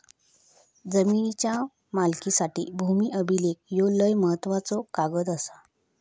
जमिनीच्या मालकीसाठी भूमी अभिलेख ह्यो लय महत्त्वाचो कागद आसा